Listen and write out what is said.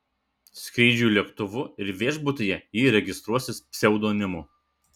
skrydžiui lėktuvu ir viešbutyje ji registruosis pseudonimu